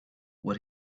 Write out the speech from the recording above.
what